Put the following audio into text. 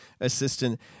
assistant